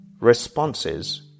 responses